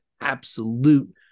absolute